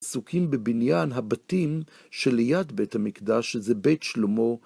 עסוקים בבניין הבתים שליד בית המקדש, שזה בית שלמה.